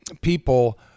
people